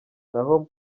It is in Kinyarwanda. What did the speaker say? naho